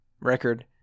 record